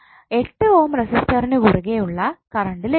8 ohm റെസിസ്റ്ററിന് കുറുകെ ഉള്ള കറണ്ട് ലഭിക്കും